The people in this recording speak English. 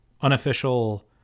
unofficial